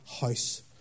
house